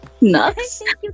nuts